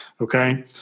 Okay